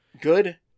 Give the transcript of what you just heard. Good